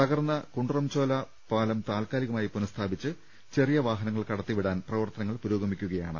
തകർന്ന കുണ്ടറം ചോല പാലം താൽക്കാലികമായി പുനഃസ്ഥാപിച്ച് ്വചറിയ വാഹനങ്ങൾ കടത്തി വിടാൻ പ്രവർത്തനങ്ങൾ പുരോഗമി ക്കുകയാണ്